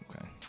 okay